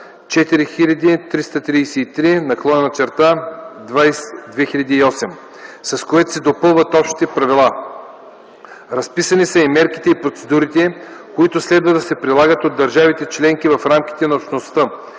4333/2008, с които се допълват общите правила. Разписани са и мерките и процедурите, които следва да се прилагат от държавите членки в рамките на Общността.